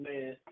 man